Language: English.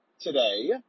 today